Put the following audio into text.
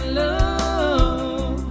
love